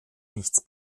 nichts